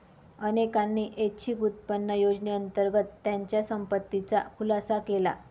अनेकांनी ऐच्छिक उत्पन्न योजनेअंतर्गत त्यांच्या संपत्तीचा खुलासा केला